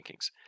rankings